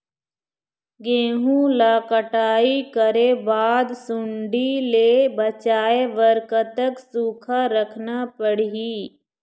गेहूं ला कटाई करे बाद सुण्डी ले बचाए बर कतक सूखा रखना पड़ही?